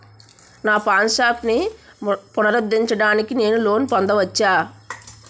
నా పాన్ షాప్ని పునరుద్ధరించడానికి నేను లోన్ పొందవచ్చా?